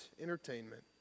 entertainment